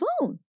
phone